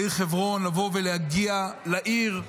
בעיר חברון, לבוא ולהגיע לעיר,